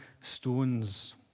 stones